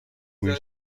بوی